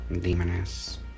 Demoness